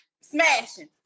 Smashing